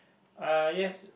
uh yes